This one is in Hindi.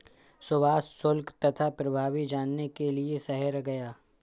सुभाष शुल्क तथा प्रभावी जानने के लिए शहर गया